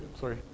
Sorry